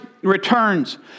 returns